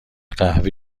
قهوه